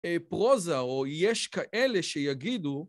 פרוזה או יש כאלה שיגידו